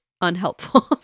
unhelpful